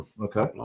Okay